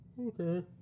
Okay